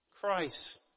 Christ